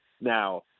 Now